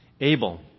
Abel